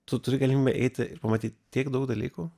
tu turi galimybę eiti ir pamatyt tiek daug dalykų